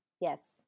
Yes